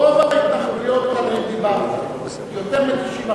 רוב ההתנחלויות שעליהן דיברת, יותר מ-90%,